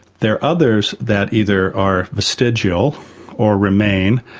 there are others that either are vestigial or remain,